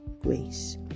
Grace